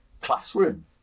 classroom